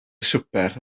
swper